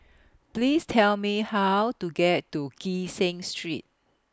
Please Tell Me How to get to Kee Seng Street